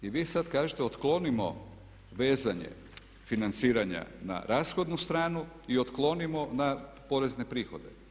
I vi sad kažete otklonimo vezanje financiranja na rashodnu stranu i otklonimo na porezne prihode.